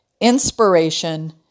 inspiration